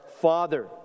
Father